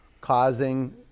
causing